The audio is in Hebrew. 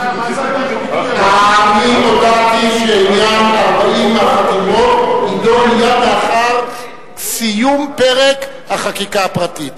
אני הודעתי שעניין 40 החתימות יידון מייד לאחר סיום פרק החקיקה הפרטית.